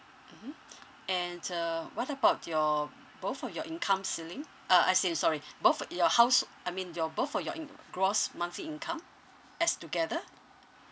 mmhmm and uh what about your both of your income ceiling uh as in sorry both uh your house I mean your both of your in~ gross monthly income as together